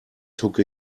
took